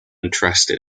interested